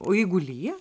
o jeigu lyja